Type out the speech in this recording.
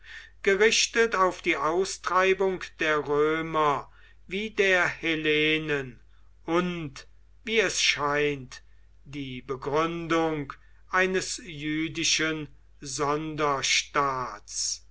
gerichtet auf die austreibung der römer wie der hellenen und wie es scheint die begründung eines jüdischen